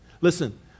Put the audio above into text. Listen